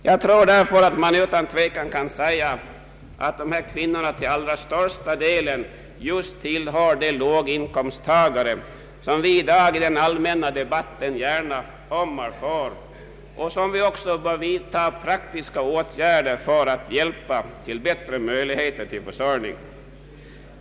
Jag tror därför att dessa kvinnor till allra största delen tillhör just de lågin komsttagare som vi i dag i den allmänna debatten gärna ömmar för och att vi bör vidta praktiska åtgärder för att hjälpa dem till bättre försörjningsmöjligheter.